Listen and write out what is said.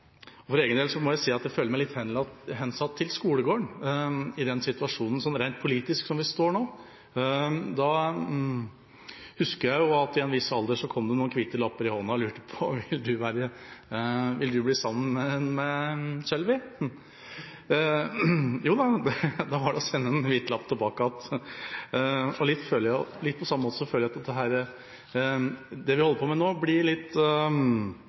om. For min egen del må jeg si at jeg føler meg litt hensatt til skolegården, i den situasjonen som vi rent politisk står i nå. Jeg husker at da jeg var i en viss alder, kom det noen hvite lapper i hånden hvor det sto: Vil du bli sammen med Sølvi? Jo da, og da gjaldt det å sende en hvit lapp tilbake. Jeg føler at det vi holder på med nå, blir litt